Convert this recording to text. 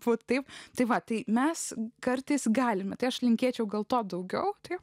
būti taip tai va tai mes kartais galime tai aš linkėčiau dėl to daugiau taip